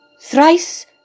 thrice